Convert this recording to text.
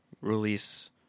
release